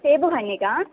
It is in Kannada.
ಸೇಬು ಹಣ್ಣಿಗಾ